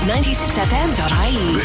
96fm.ie